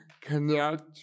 connect